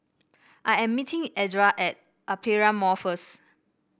I am meeting Edra at Aperia Mall first